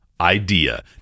idea